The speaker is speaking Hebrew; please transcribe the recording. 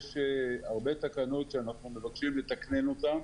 יש הרבה תקנות שאנחנו מבקשים לתקנן אותן,